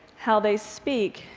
how they speak,